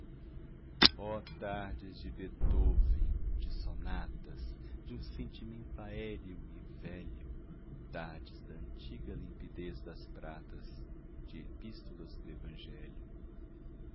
tardes de beethoven de sonatas de um sentimento aéreo e velho tardes da antiga limpidez das pratas de epístolas do evangelho